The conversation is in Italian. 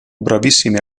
bravissimi